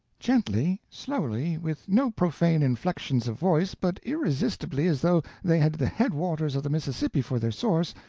gently, slowly, with no profane inflexions of voice, but irresistibly as though they had the headwaters of the mississippi for their source,